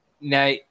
Now